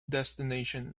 destination